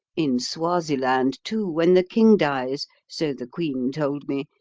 in swaziland, too, when the king dies, so the queen told me,